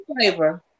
flavor